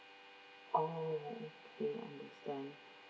oh okay understand